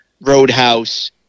Roadhouse